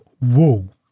wool